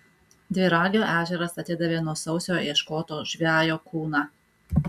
dviragio ežeras atidavė nuo sausio ieškoto žvejo kūną